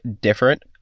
different